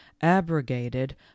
abrogated